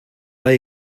hay